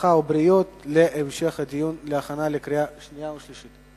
הרווחה והבריאות להמשך הדיון ולהכנה לקריאה שנייה ולקריאה שלישית.